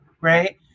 right